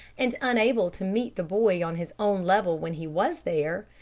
and unable to meet the boy on his own level when he was there,